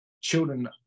children